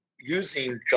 using